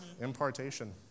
Impartation